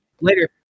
Later